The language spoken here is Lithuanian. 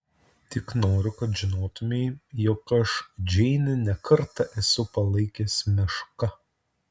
tik noriu kad žinotumei jog aš džeinę ne kartą esu palaikęs meška